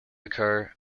occur